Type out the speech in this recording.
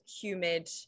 humid